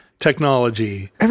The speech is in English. Technology